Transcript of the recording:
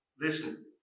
Listen